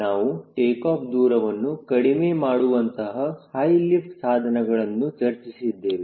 ನಾವು ಟೇಕಾಫ್ ದೂರವನ್ನು ಕಡಿಮೆ ಮಾಡುವಂತಹ ಹೈ ಲಿಫ್ಟ್ ಸಾಧನಗಳನ್ನು ಚರ್ಚಿಸಿದ್ದೇವೆ